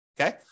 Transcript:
Okay